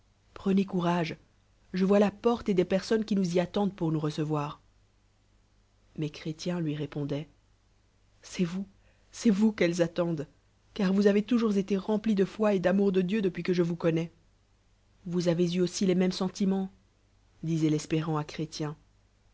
prenez courage je mis la porte et des personnes qui nous y attendent pour nous reœoir mais chrétien lui répondoit c'est vous c'est vous qu'elles attendent car vous avez toujours été rempli de foi et d'amour de dieu depuis que je vous connojis vous avez eu aussi les mêmes sentiments disoit l'espérant